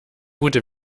gute